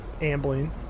Ambling